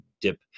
dip